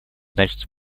значится